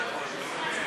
זה הכול.